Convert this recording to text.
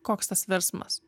koks tas virsmas